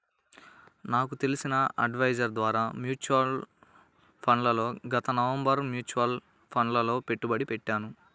నేను నాకు తెలిసిన అడ్వైజర్ ద్వారా మ్యూచువల్ ఫండ్లలో గత నవంబరులో మ్యూచువల్ ఫండ్లలలో పెట్టుబడి పెట్టాను